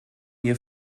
wir